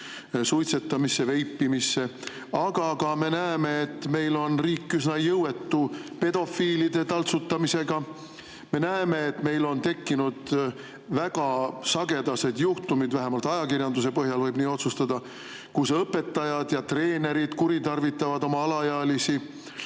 suitsetamisse, veipimisse. Me näeme ka, et meil on riik üsna jõuetu pedofiilide taltsutamisel. Me näeme, et meil on tekkinud väga sagedased juhtumid – vähemalt ajakirjanduse põhjal võib nii otsustada –, kus õpetajad ja treenerid kuritarvitavad oma alaealisi